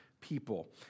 people